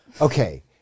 Okay